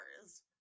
hours